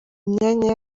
imyanya